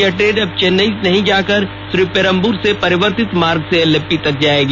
यह ट्रेन अब चेन्नई नहीं जाकर श्री पेरंबूर से परिवर्तित मार्ग से एलेप्पी तक जाएगी